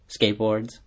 Skateboards